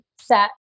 set